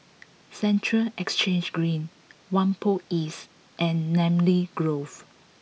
Central Exchange Green Whampoa East and Namly Grove